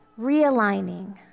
realigning